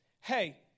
hey